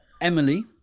Emily